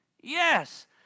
Yes